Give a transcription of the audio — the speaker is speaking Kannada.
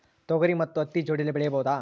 ತೊಗರಿ ಮತ್ತು ಹತ್ತಿ ಜೋಡಿಲೇ ಬೆಳೆಯಬಹುದಾ?